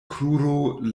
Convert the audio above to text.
kruro